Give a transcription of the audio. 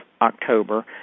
October